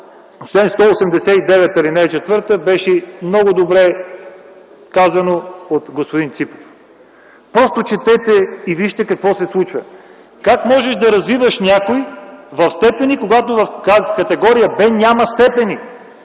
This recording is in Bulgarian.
189, ал. 4, беше много добре казано от господин Ципов. Просто четете и вижте какво се случва! Как може да развиваш някой в степени, когато в категория „Б” няма степени.